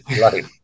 right